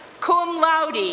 cum laude,